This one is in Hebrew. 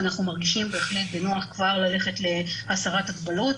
אנחנו מרגישים בהחלט בנוח כבר ללכת להסרת הגבלות,